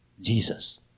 Jesus